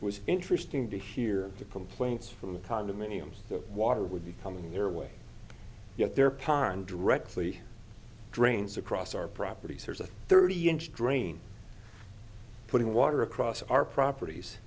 was interesting to hear the complaints from the condominiums that water would be coming their way yet their pond directly drains across our properties there's a thirty inch drain putting water across our propert